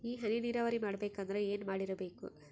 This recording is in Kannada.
ಈ ಹನಿ ನೀರಾವರಿ ಮಾಡಬೇಕು ಅಂದ್ರ ಏನ್ ಮಾಡಿರಬೇಕು?